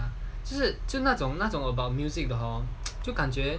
这就那种那种 about music 的 hor 就感觉